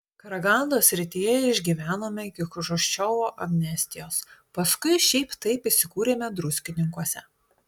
karagandos srityje išgyvenome iki chruščiovo amnestijos paskui šiaip taip įsikūrėme druskininkuose